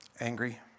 angry